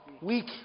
Weak